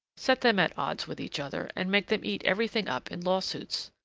set them at odds with each other, and make them eat everything up in lawsuits.